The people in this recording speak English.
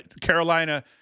Carolina—